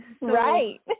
Right